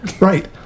Right